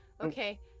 Okay